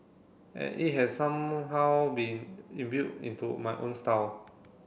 and it has somehow been into my own style